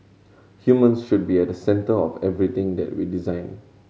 humans should be at the centre of everything that we design